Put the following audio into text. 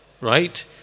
Right